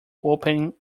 open